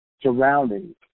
surroundings